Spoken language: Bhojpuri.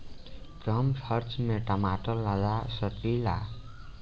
कम खर्च में टमाटर लगा सकीला?